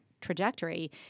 trajectory